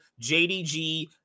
JDG